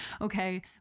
okay